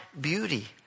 beauty